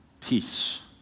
peace